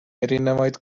erinevaid